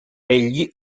egli